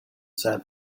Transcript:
san